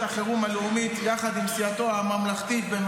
החירום הלאומית יחד עם סיעתו "הממלכתית".